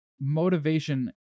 motivation